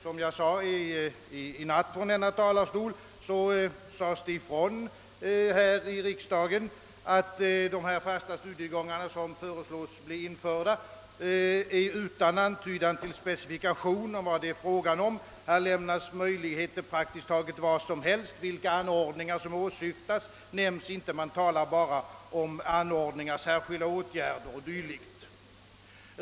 Som jag framhöll i natt från denna talarstol sades det 1965 ifrån i riksdagen, att dessa fasta studiegångar, som föreslogs bli införda, saknade antydan till specifikation av vad det var fråga om. Det lämnades möjlighet till praktiskt taget vad som helst. Vilka anordningar som åsyftades nämndes inte; man talade bara om anordningar, särskilda åtgärder 0. d.